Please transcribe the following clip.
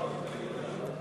להצבעה.